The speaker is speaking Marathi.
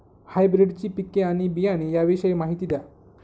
हायब्रिडची पिके आणि बियाणे याविषयी माहिती द्या